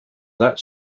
that